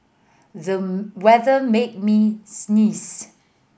them weather made me sneeze